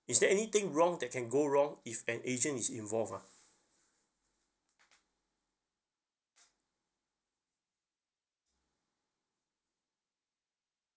is there anything wrong that can wrong if an agent is involved ah